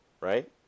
right